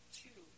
two